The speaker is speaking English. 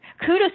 kudos